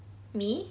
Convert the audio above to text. me